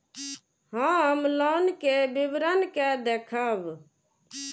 हम लोन के विवरण के देखब?